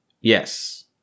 yes